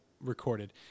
recorded